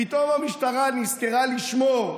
פתאום המשטרה נזכרה לשמור,